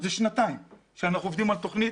שנתיים אנחנו עובדים על תוכנית,